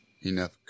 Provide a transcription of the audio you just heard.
enough